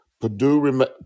Purdue